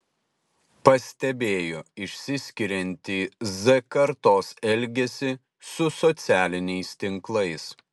pastebėjo išsiskiriantį z kartos elgesį su socialiniais tinklais